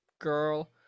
girl